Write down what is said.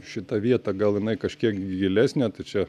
šita vieta gal jinai kažkiek gilesnė tai čia